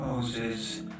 Moses